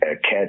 catch